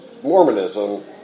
Mormonism